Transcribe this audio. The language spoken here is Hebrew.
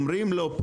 פה אומרים לו: